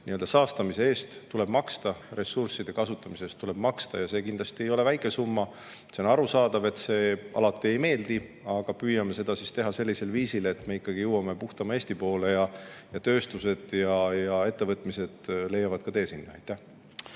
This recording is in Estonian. siiski vana: saastamise eest tuleb maksta, ressursside kasutamise eest tuleb maksta ja see kindlasti ei ole väike summa. On arusaadav, et see alati ei meeldi, aga me püüame seda teha sellisel viisil, et me jõuame puhtama Eesti poole ning ka tööstused ja ettevõtmised leiavad tee sinna. Aivar